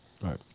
Right